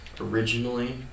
originally